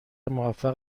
موفق